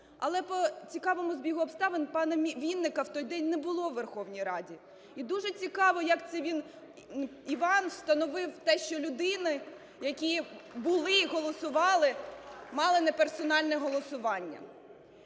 Але по цікавому збігу обставин пана Вінника в той день не було в Верховній Раді. І дуже цікаво, як це він, Іван, встановив те, що люди, які були і голосували, мали неперсональне голосування.